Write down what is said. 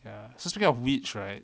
ya so speaking of which right